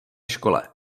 škole